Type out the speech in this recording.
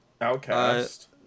Outcast